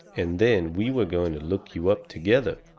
and then we were going to look you up together.